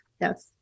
yes